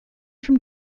from